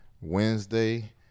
Wednesday